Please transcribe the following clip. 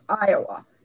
iowa